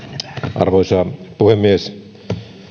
arvoisa puhemies